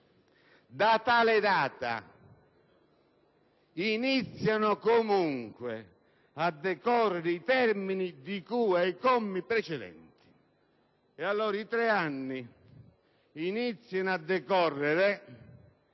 Da tale data iniziano comunque a decorrere i termini di cui ai commi precedenti; allora i tre anni iniziano a decorrere